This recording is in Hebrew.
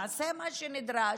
תעשה מה שנדרש,